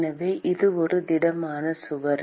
எனவே இது ஒரு திடமான சுவர்